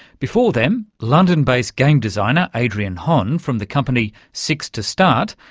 before them, london-based game designer adrian hon from the company six to start.